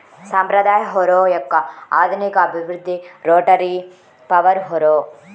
సాంప్రదాయ హారో యొక్క ఆధునిక అభివృద్ధి రోటరీ పవర్ హారో